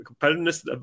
competitiveness